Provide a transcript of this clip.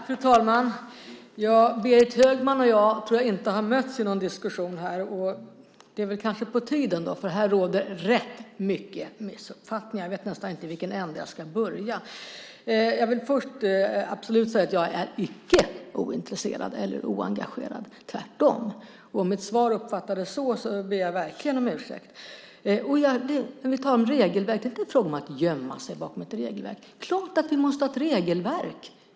Fru talman! Jag tror inte att Berit Högman och jag har mötts i någon diskussion här. Det kanske är på tiden, för det råder en hel del missuppfattningar; jag vet nästan inte i vilken ände jag ska börja. Jag vill först säga att jag absolut inte är ointresserad och oengagerad, tvärtom. Om mitt svar uppfattades så ber jag verkligen om ursäkt. Berit Högman talade om regelverk. Det är inte fråga om att gömma sig bakom ett regelverk. Det är klart att vi måste ha ett regelverk.